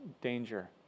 danger